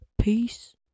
peace